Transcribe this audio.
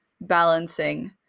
balancing